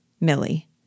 Millie